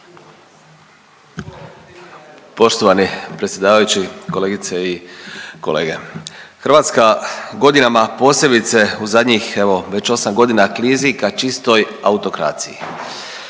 Poštovani predsjedavajući, kolegice i kolege, Hrvatska godinama posebice u zadnjih evo već 8 godina klizi ka čistoj autokraciji.